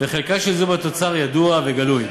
וחלקה בתוצר ידוע וגלוי.